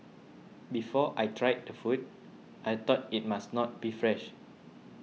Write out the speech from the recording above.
before I tried the food I thought it must not be fresh